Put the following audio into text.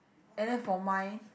and then for mine